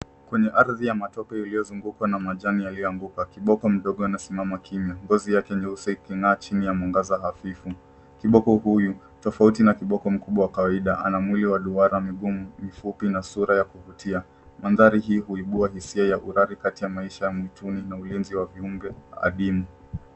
Kwenye ardhi ya matope iliyozungukwa na majani yaliyoanguka. Kiboko mdogo anasimama kimya ngozi yake nyeusi iking'aa chini ya mwangaza hafifu. Kiboko huyu, tofauti na kiboko mkubwa wa kawaida ana mwili wa duara, mguu mfupi na sura ya kuvutia. Mandhari hii huibua hisia ya urari kati ya maisha mstuni na ulinzi wa viumbe adimu.